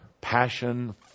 passion